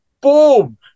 boom